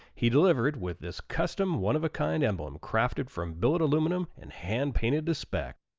he delivered with this custom, one of a kind emblem. crafted from billet aluminum and hand painted to spec.